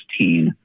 2016